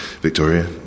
Victoria